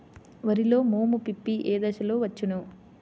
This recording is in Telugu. వరిలో మోము పిప్పి ఏ దశలో వచ్చును?